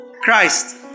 Christ